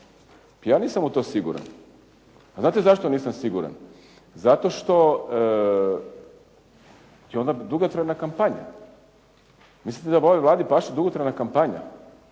Ja nisam u to siguran. A znate zašto nisam siguran? Zato što je ona dugotrajna kampanja. Mislite da ovoj Vladi paše dugotrajna kampanja?